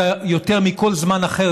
יותר מבכל זמן אחר,